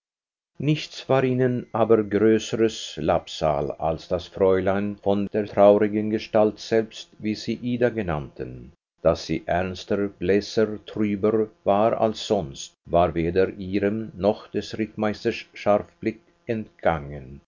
nichts war ihnen aber größeres labsal als das fräulein von der traurigen gestalt selbst wie sie ida nannten daß sie ernster blässer trüber war als sonst war weder ihrem noch des rittmeisters scharfblick entgangen